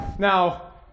Now